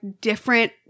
different